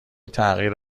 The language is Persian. تغییر